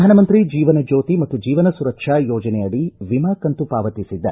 ಪ್ರಧಾನಮಂತ್ರಿ ಜೀವನ ಜ್ಯೋತಿ ಮತ್ತು ಜೀವನ ಸುರಕ್ಷಾ ಯೋಜನೆ ಅಡಿ ವಿಮಾ ಕಂತು ಪಾವತಿಸಿದ್ದ